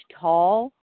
tall